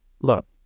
look